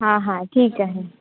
हां हां ठीक आहे